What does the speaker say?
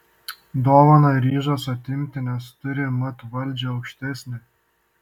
dovaną ryžos atimti nes turi mat valdžią aukštesnę